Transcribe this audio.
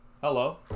Hello